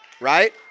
Right